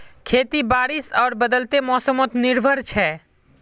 खेती बारिश आर बदलते मोसमोत निर्भर छे